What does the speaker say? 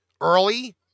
early